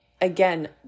again